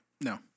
No